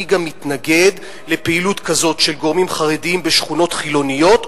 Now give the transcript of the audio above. אני גם מתנגד לפעילות כזאת של גורמים חרדים בשכונות חילוניות,